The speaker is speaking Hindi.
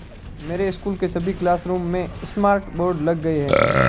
मेरे स्कूल के सभी क्लासरूम में स्मार्ट बोर्ड लग गए हैं